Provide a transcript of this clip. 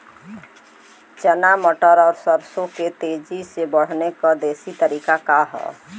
चना मटर और सरसों के तेजी से बढ़ने क देशी तरीका का ह?